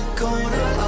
corner